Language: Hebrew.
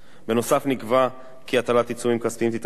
בנוסף נקבע כי הטלת עיצומים כספיים תתאפשר רק